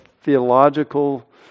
theological